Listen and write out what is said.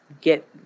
get